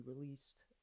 released